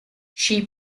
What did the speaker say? she